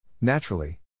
Naturally